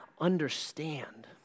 understand